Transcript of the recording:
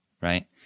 right